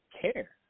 care